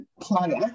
player